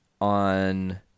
On